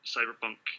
Cyberpunk